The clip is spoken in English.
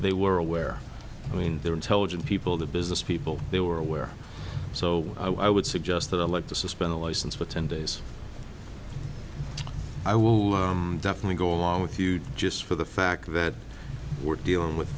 they were aware i mean they're intelligent people the businesspeople they were aware so i would suggest that i'd like to suspend a license for ten days i will definitely go along with you just for the fact that we're dealing with